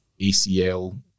ACL